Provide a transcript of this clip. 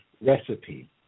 recipe